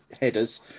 headers